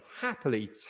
happily